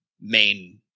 main